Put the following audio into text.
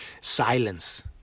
silence